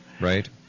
Right